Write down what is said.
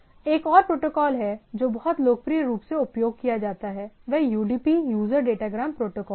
एक और प्रोटोकॉल है जो बहुत लोकप्रिय रूप से उपयोग किया जाता है वह यूडीपी यूजर डेटाग्राम प्रोटोकॉल है